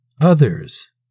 Others